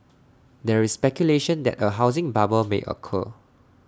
there is speculation that A housing bubble may occur